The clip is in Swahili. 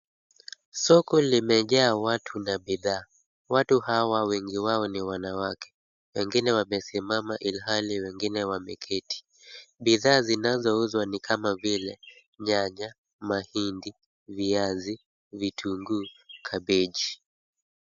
Soko limejaa watu na bidhaa. Watu hawa wengi wao ni wanawake. Wengine wamesimama ilhali wengine wameketi. Bidhaa zinazouzwa ni kama vile nyanya, mahindi, viazi, vitunguu, kabeji.